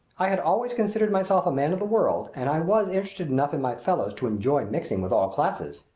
i had always considered myself a man of the world and i was interested enough in my fellows to enjoy mixing with all classes.